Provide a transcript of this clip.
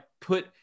put